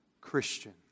Christian